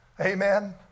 Amen